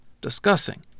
discussing